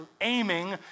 aiming